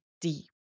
deep